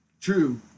True